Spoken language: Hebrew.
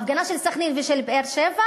ההפגנה של סח'נין ושל באר-שבע,